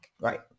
Right